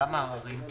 כמה עררים?